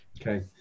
okay